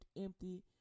empty